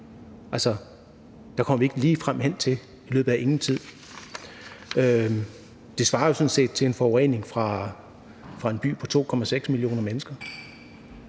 der kommer vi ikke lige hen i løbet af ingen tid. Det svarer jo sådan set til forureningen fra en by på 2,6 millioner mennesker.